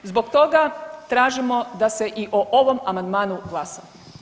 Zbog toga tražimo da se i o ovom amandmanu glasa.